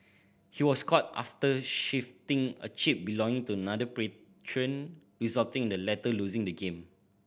he was caught after shifting a chip belonging to another patron resulting in the latter losing the game